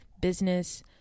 business